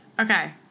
Okay